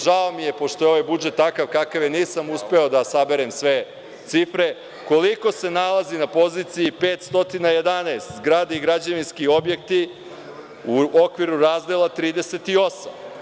Žao mi je što je ovaj budžet takav kakav je, nisam uspeo da saberem sve cifre, koliko se nalazi na poziciji 511, građevinski objekti u okviru razdela 38.